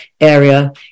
area